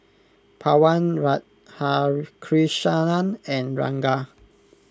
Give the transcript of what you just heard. Pawan Radhakrishnan and Ranga